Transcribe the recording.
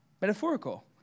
metaphorical